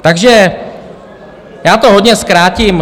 Takže já to hodně zkrátím.